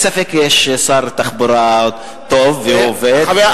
אין ספק שיש שר תחבורה טוב והוא עובד,